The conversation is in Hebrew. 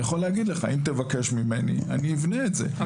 אם תבקש ממני אני אבנה את זה.